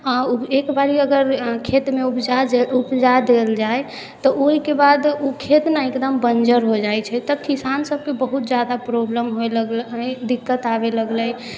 अहाँ एकबेर अगर खेतमे उपजा देल जाइ तऽ ओहिके बाद ओ खेत ने एकदम बञ्जर हो जाइ छै तऽ किसान सबके बहुत ज्यादा प्रॉब्लम होइ लगलै दिक्कत आबै लगलै कि